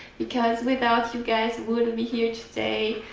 because without you guys we wouldn't be here today.